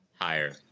Higher